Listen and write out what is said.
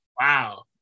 Wow